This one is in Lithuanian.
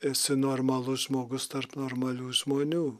esi normalus žmogus tarp normalių žmonių